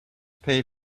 pay